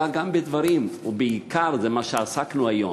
אלא גם בדברים, ובעיקר במה שעסקנו היום,